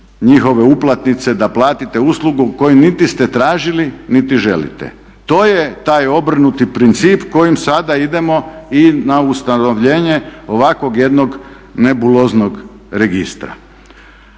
njihove uplatnice da platite uslugu koju niti ste tražili, niti želite. To je taj obrnuti princip kojim sada idemo i na ustanovljenje ovakvog jednog nebuloznog registra.